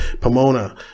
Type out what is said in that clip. pomona